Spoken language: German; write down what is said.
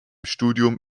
studium